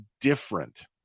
different